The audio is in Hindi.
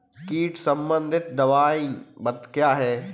कीट संबंधित दवाएँ क्या हैं?